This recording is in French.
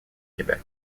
québec